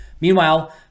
Meanwhile